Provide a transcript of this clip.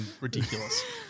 ridiculous